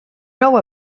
know